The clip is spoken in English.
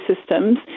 systems